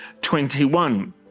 21